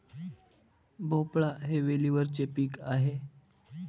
भोपळा हे वेलीवरचे पीक आहे